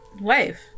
Wife